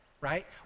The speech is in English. right